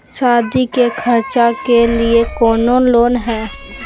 सादी के खर्चा के लिए कौनो लोन है?